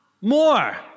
More